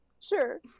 Sure